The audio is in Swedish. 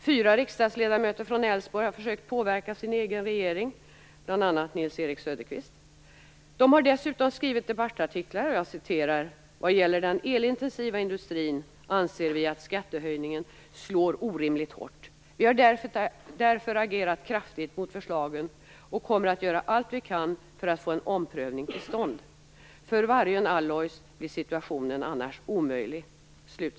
Fyra riksdagsledamöter från Älvsborg har försökt påverka sin egen regering, bland dem Nils-Erik Söderqvist. De har dessutom skrivit debattartiklar. Jag citerar: "Vad gäller den elintensiva industrin anser vi att skattehöjningen slår orimligt hårt. Vi har därför agerat kraftigt mot förslagen och kommer att göra allt vi kan för att få en omprövning till stånd. För Vargön Alloys blir situationen annars omöjlig."